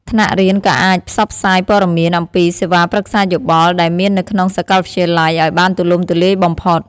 ថ្នាក់រៀនក៏អាចផ្សព្វផ្សាយព័ត៌មានអំពីសេវាប្រឹក្សាយោបល់ដែលមាននៅក្នុងសាកលវិទ្យាល័យឱ្យបានទូលំទូលាយបំផុត។